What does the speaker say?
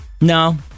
No